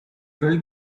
fell